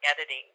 editing